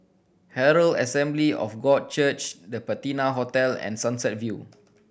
Herald Assembly of God Church The Patina Hotel and Sunset View